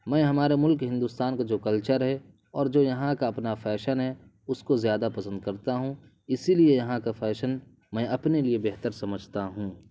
میں ہمارے ملک ہندوستان کا جو کلچر ہے اور جو یہاں کا اپنا فیشن ہے اس کو زیادہ پسند کرتا ہوں اسی لیے یہاں کا فیشن میں اپنے لیے بہتر سمجھتا ہوں